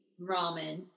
ramen